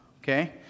Okay